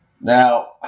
Now